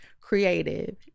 creative